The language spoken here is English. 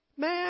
Man